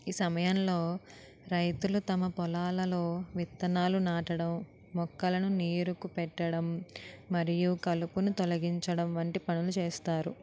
ఈ సమయంలో రైతులు తమ పొలాలలో విత్తనాలు నాటడం మొక్కలను నీరుకు పెట్టడం మరియు కలుపుని తొలగించడం వంటి పనులు చేస్తారు